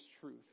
truth